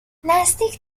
نزدیک